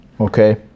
Okay